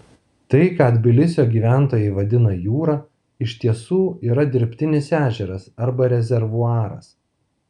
tai ką tbilisio gyventojai vadina jūra iš tiesų yra dirbtinis ežeras arba rezervuaras